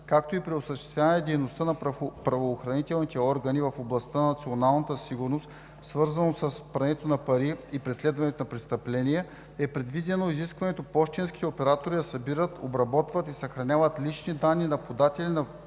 както и при осъществяване на дейността на правоохранителните органи в областта на националната сигурност, свързано с прането на пари и преследването на престъпления, е предвидено изискването пощенските оператори да събират, обработват и съхраняват лични данни на податели на вътрешни